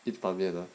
板面 lor